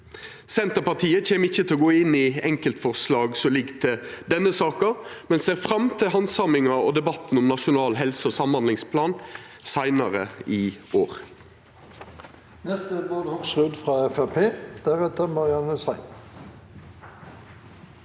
Senterpartiet kjem ikkje til å gå inn i enkeltforslag i denne saka, men ser fram til handsaminga og debatten om nasjonal helse- og samhandlingsplan seinare i år.